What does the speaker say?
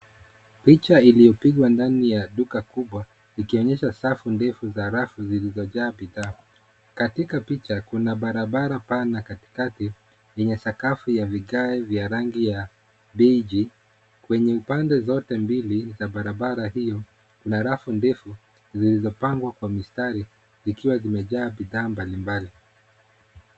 Picha iliyopigwa ndani ya duka kubwa ikionyesha safu ndefu za rafu zilizojaa bidhaa. Katika picha kuna barabara pana katikati lenye sakafu ya vigae vya rangi ya beige . Kwenye upande zote mbili za barabara hiyo kuna rafu ndefu zilizopangwa kwa mistari ikiwa imejaa bidhaa mbalimbali.